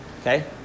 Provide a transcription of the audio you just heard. Okay